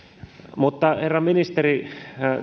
mutta herra ministeri